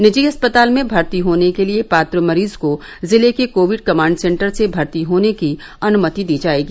निजी अस्पताल में भर्ती होने के लिये पात्र मरीज को जिले के कोविड कमांड सेन्टर से भर्ती होने की अनुमति दी जायेगी